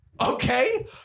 Okay